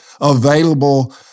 available